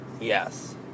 Yes